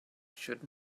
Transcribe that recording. should